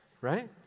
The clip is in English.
Right